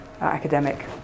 academic